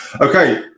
Okay